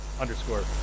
underscore